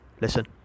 listen